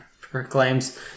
proclaims